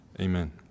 Amen